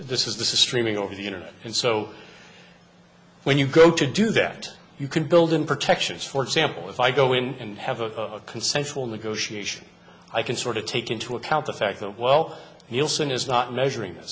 this is this is streaming over the internet and so when you go to do that you can build in protections for example if i go in and have a consensual negotiation i can sort of take into account the fact that well he'll soon is not measuring